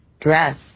dress